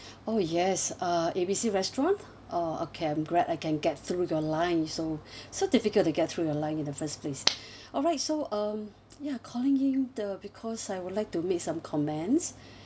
oh yes uh A B C restaurant uh okay glad I can get through your online so so difficult to get through your line in the first place alright so um yeah calling in the because I would like to make some comments